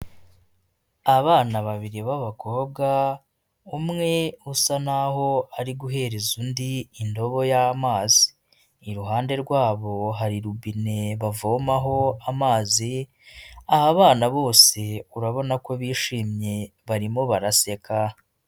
Abana babiri b'abakobwa umwe usa naho ari guhereza undi indobo y'amazi iruhande rwabo hari rubine bavomaho amazi aba abana bose urabona ko bishimye barimo baraseka.